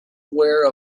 aware